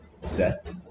set